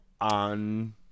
on